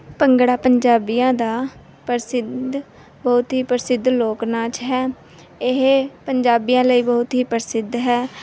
ਭੰਗੜਾ ਪੰਜਾਬੀਆਂ ਦਾ ਪ੍ਰਸਿੱਧ ਬਹੁਤ ਹੀ ਪ੍ਰਸਿੱਧ ਲੋਕ ਨਾਚ ਹੈ ਇਹ ਪੰਜਾਬੀਆਂ ਲਈ ਬਹੁਤ ਹੀ ਪ੍ਰਸਿੱਧ ਹੈ